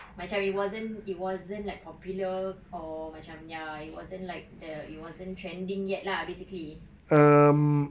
macam it wasn't it wasn't like popular or macam ya it wasn't like the it wasn't trending yet lah basically